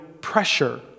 pressure